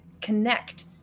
connect